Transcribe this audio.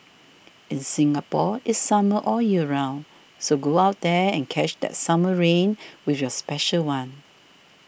in Singapore it's summer all year round so go out there and catch that summer rain with your special one